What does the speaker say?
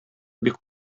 бик